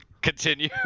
continue